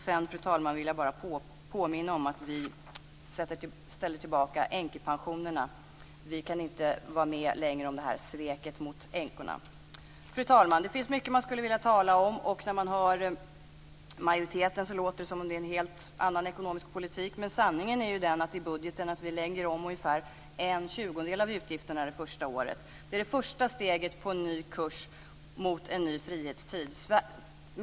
Sedan, fru talman, vill jag bara påminna om att vi återställer änkepensionerna. Fru talman! Det finns mycket som man skulle vilja tala om. När man hör majoriteten låter det som om det är en helt annan ekonomisk politik, men sanningen är ju den att vi i budgeten lägger om ungefär en tjugondel av utgifterna det första året. Det är det första steget på en ny kurs mot en ny frihetstid.